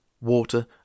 water